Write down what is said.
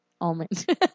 Almond